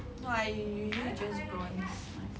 !wah! you can just